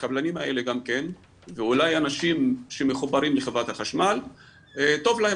הקבלנים האלה גם כן וגם אנשים שמחוברים לחברת החשמל טוב להם